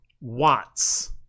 watts